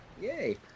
yay